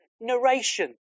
narration